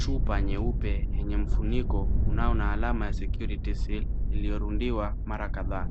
Chupa nyeupe yenye mfuniko unao na alama ya security seal iliyorundiwa mara kadhaa.